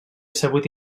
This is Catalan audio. sabut